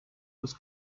was